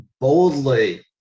boldly